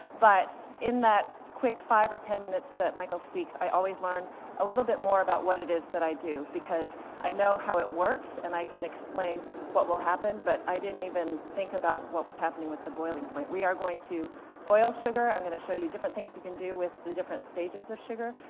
but in that quick five or ten minutes that michael speaks, i always learn a little bit more about what it is that i do. because i know how it works, and i can explain what will happen, but i didn't even think about what was happening with the boiling point. we are going to boil sugar, i'm going to show you different things you can do with the different stages of sugar.